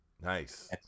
Nice